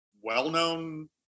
well-known